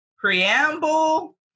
preamble